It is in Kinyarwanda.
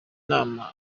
inama